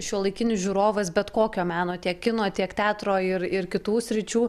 šiuolaikinis žiūrovas bet kokio meno tiek kino tiek teatro ir ir kitų sričių